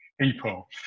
people